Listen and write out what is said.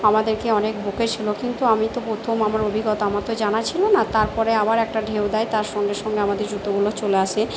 আমাদেরকে অনেক বকেছিল কিন্তু আমি তো প্রথম আমার অভিজ্ঞতা আমার তো জানা ছিল না তার পরে আবার একটা ঢেউ দেয় তার সঙ্গে সঙ্গে আমাদের জুতোগুলো চলে আসে